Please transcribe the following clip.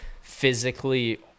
physically